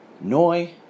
Noi